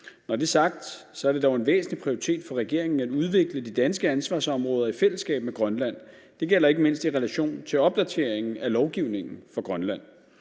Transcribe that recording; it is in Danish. Når det er sagt, er det dog en væsentlig prioritet for regeringen at udvikle de danske ansvarsområder i fællesskab med Grønland. Det gælder ikke mindst i relation til opdateringen af lovgivningen for Grønland.